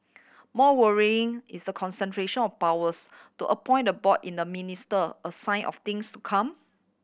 more worrying is the concentration of powers to appoint the board in the minister a sign of things to come